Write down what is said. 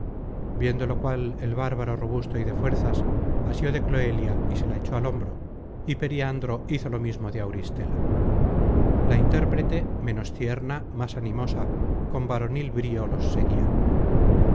viendo lo cual el bárbaro robusto y de fuerzas asió de cloelia y se la echó al hombro y periandro hizo lo mismo de auristela la intérprete menos tierna más animosa con varonil brío los seguia